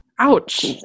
ouch